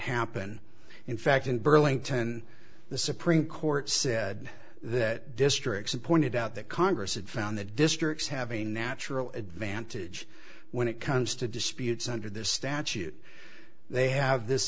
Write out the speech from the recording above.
happen in fact in burlington the supreme court said that districts and pointed out that congress had found the districts have a natural advantage when it comes to disputes under this statute they have this